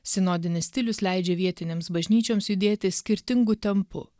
sinodinis stilius leidžia vietinėms bažnyčioms judėti skirtingu tempu